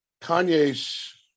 Kanye's